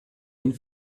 ihn